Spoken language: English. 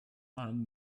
armed